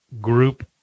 group